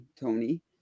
tony